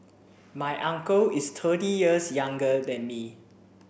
my uncle is thirty years younger than me